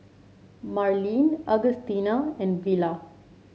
Marlyn Augustina and Villa